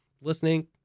listening